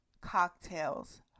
cocktails